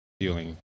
feeling